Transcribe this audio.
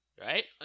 right